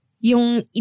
yung